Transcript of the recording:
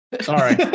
Sorry